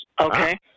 Okay